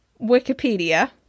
Wikipedia